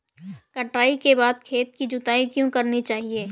कटाई के बाद खेत की जुताई क्यो करनी चाहिए?